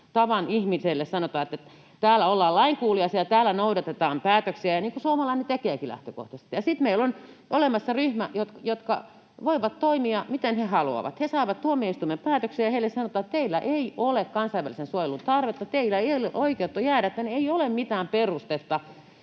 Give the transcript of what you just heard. tavan ihmiselle sanotaan, että täällä ollaan lainkuuliaisia ja täällä noudatetaan päätöksiä, niin kuin suomalainen tekeekin lähtökohtaisesti, ja sitten meillä on olemassa ryhmä, joka voi toimia miten haluaa. He saavat tuomioistuimen päätöksen ja heille sanotaan, että teillä ei ole kansainvälisen suojelun tarvetta, teillä ei ole oikeutta jäädä tänne, ei ole mitään perustetta,